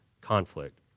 conflict